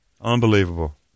Unbelievable